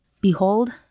Behold